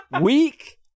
week